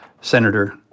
Senator